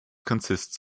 consists